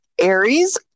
aries